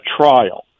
trial